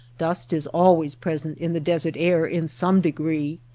dust is always present in the desert air in some degree,